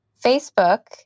Facebook